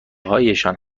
هایشان